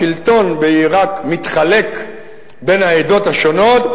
השלטון בעירק מתחלק בין העדות השונות,